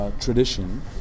tradition